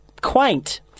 quaint